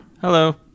hello